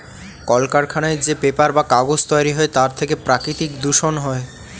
কলকারখানায় যে পেপার বা কাগজ তৈরি হয় তার থেকে প্রাকৃতিক দূষণ হয়